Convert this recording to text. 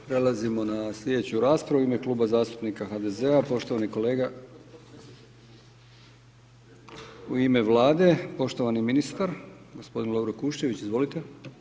Prelazimo na slijedeću raspravu, u ime Kluba zastupnika HDZ-a poštovani kolega, u ime Vlade poštovani ministar g. Lovro Kuščević, izvolite.